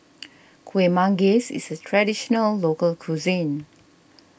Kuih Manggis is a Traditional Local Cuisine